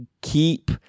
keep